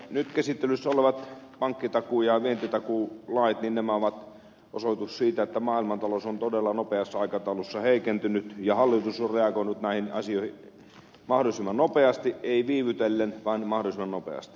nyt käsittelyssä olevat pankkitakuu ja vientitakuulait ovat osoitus siitä että maailmantalous on todella nopeassa aikataulussa heikentynyt ja hallitus on reagoinut näihin asioihin mahdollisimman nopeasti ei viivytellen vaan mahdollisimman nopeasti